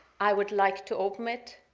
i would like to open it,